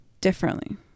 differently